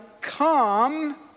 come